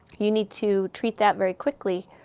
you need to treat that very quickly,